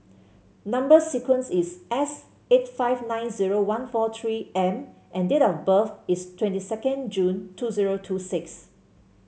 number sequence is S eight five nine zero one four three M and date of birth is twenty second June two zero two six